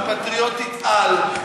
הפטריוטית-על.